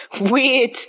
weird